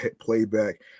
playback